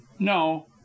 no